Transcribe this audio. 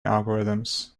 algorithms